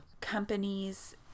companies